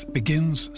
begins